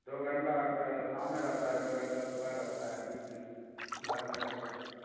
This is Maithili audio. दो घण्टाके शाममे रहतै दो घण्टा सुबह रहतै बीचमे घरमे रहतै